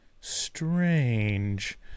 strange